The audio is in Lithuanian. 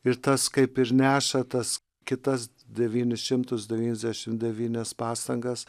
ir tas kaip ir neša tas kitas devynis šimtus devyniasdešimt devynias pasagas